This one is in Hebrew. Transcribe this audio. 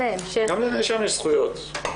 גם לנאשם יש זכויות.